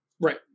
right